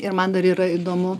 ir man dar yra įdomu